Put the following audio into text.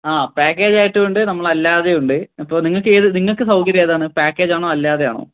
ആ പാക്കേജായിട്ടു ഉണ്ട് നമ്മൾ അല്ലാതെ ഉണ്ട് ഇപ്പോൾ നിങ്ങൾക്ക് ഏത് നിങ്ങൾക്ക് സൗകര്യമേതാണ് പാക്കേജാണോ അല്ലാതെയാണോ